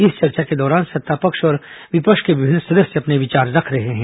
इस चर्चा के दौरान सत्तापक्ष और विपक्ष के विभिन्न सदस्य अपने विचार रख रहे हैं